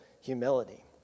humility